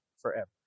forever